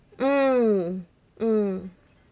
mm mm